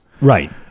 Right